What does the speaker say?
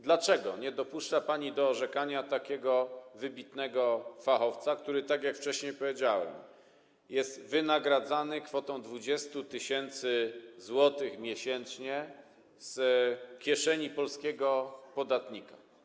Dlaczego nie dopuszcza pani do orzekania takiego wybitnego fachowca, tak jak wcześniej powiedziałem, który jest wynagradzany kwotą 20 tys. zł miesięcznie z kieszeni polskiego podatnika?